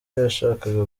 yashakaga